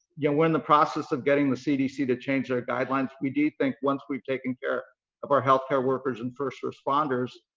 you know, we're in the process of getting the cdc to change their guidelines. we do think once we've taken care of our health care workers and first responders,